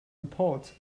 report